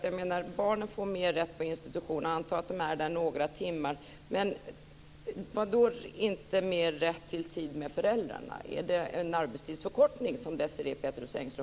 Jag menar att barnen får mer rätt att vara på institution, anta att de är där några timmar, men vad menas med att de inte har rätt till mer tid med föräldrarna? Är det en arbetstidsförkortning som